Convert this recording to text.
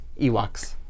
Ewoks